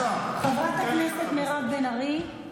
חברת הכנסת מירב בן ארי,